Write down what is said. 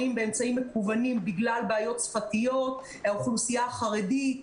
באמצעים מקוונים בגלל בעיות שפתיות; האוכלוסייה החרדית,